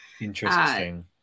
interesting